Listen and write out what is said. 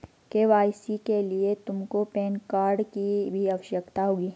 KYC के लिए तुमको पैन कार्ड की भी आवश्यकता होगी